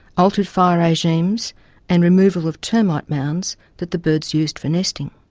altered fire regimes and removal of termite mounds that the birds used for nesting.